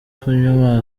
kunywa